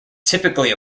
typically